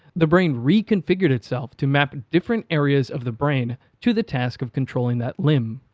the brain reconfigured itself to map different areas of the brain to the task of controlling that limb.